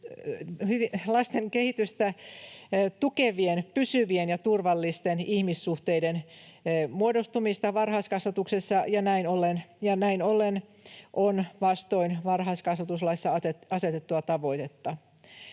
ja hyvinvointia tukevien pysyvien ja turvallisten ihmissuhteiden muodostumista varhaiskasvatuksessa ja näin ollen on vastoin varhaiskasvatuslaissa asetettua tavoitetta.